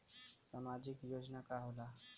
सामाजिक योजना का होला?